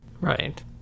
Right